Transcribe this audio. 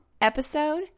episode